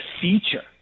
feature